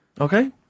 Okay